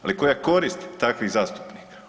Ali koja je korist takvih zastupnika?